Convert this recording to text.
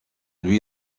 lui